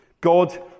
God